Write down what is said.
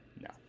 No